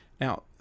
Now